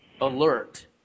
alert